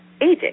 aging